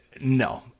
No